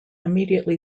immediately